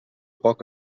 poc